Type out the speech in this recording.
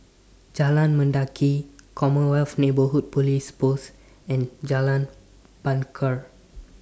Jalan Mendaki Commonwealth Neighbourhood Police Post and Jalan Bungar